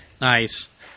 Nice